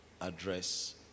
address